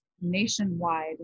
nationwide